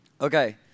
Okay